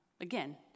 again